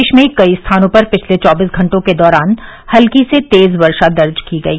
प्रदेश में कई स्थानों पर पिछले चौबीस घंटों के दौरान हल्की से तेज वर्षा दर्ज की गई